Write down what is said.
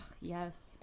Yes